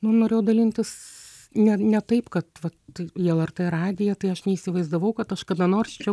nu norėjau dalintis ne ne taip kad vat į lrt radiją tai aš neįsivaizdavau kad aš kada nors čia